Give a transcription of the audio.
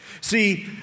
See